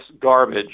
garbage